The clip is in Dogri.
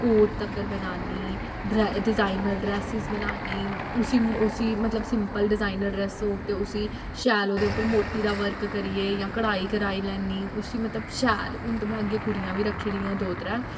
कोट तक्कर बनान्नी ड्राई डिजाइनर ड्रैसिस बनान्नी उसी उसी मतलब सिंपल डिजाइनर ड्रैस होग ते उसी शैल ओह्दे उप्पर मोती दा वर्क करियै जां कढाई कराई लैन्नी उसी मतलब शैल हून ते में अग्गें कुड़ियां बी रक्खी ओड़ियां दो त्रै